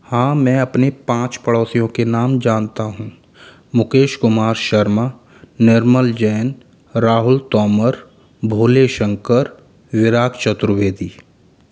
हाँ मैं अपने पाँच पड़ोसियों के नाम जानता हूँ मुकेश कुमार शर्मा निर्मल जैन राहुल तोमर भोलेशंकर विराग चतुर्वेदी